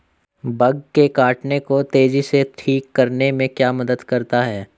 Bug के काटने को तेजी से ठीक करने में क्या मदद करता है?